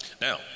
Now